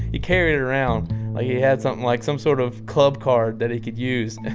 he carried it around like he had something like some sort of club card that he could use